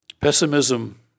Pessimism